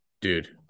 Dude